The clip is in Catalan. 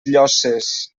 llosses